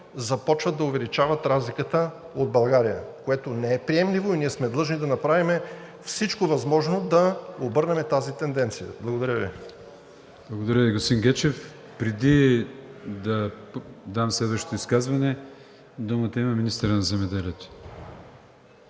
започват да увеличават разликата от България, което не е приемливо и ние сме длъжни да направим всичко възможно да обърнем тази тенденция. Благодаря Ви. ПРЕДСЕДАТЕЛ АТАНАС АТАНАСОВ: Благодаря Ви, господин Гечев. Преди да дам следващото изказване, давам думата на министъра на земеделието.